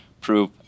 prove